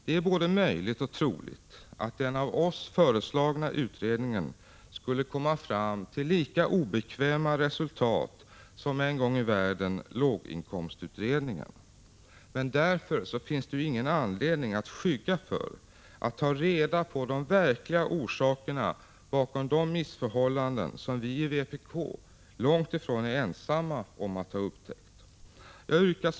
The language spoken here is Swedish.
Det är både möjligt och troligt att den av oss föreslagna utredningen skulle komma fram till lika obekväma resultat som en gång i världen låginkomstutredningen gjorde. Men det finns därför inte någon anledning att skygga för ett framtagande av de verkliga orsakerna till de missförhållanden som vi i vpk långt ifrån är ensamma om att ha upptäckt. Fru talman!